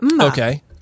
Okay